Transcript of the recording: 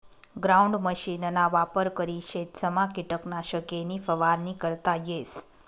ground मशीनना वापर करी शेतसमा किटकनाशके नी फवारणी करता येस